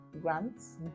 grants